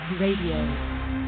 Radio